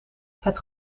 het